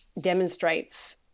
demonstrates